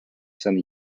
some